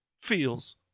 feels